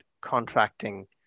contracting